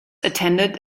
attended